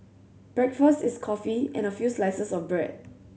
breakfast is coffee and a few slices of bread